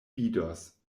vidos